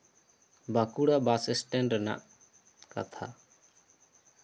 Bankura bus stand ᱨᱮᱭᱟᱜ ᱠᱟᱛᱷᱟ